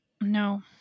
No